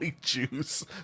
juice